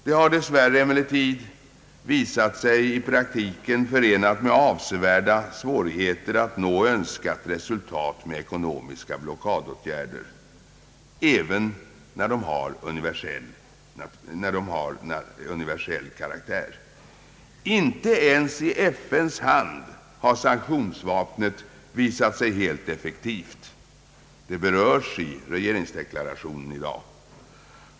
Det har emellertid i praktiken dessvärre visat sig vara förenat med avsevärda svårigheter att uppnå önskat resultat med ekonomiska blockadåtgärder, även när de har universell karaktär. Inte ens i FN:s hand har sanktionsvapnet visat sig helt effektivt. Det berördes i regeringens deklaration i dag.